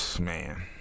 Man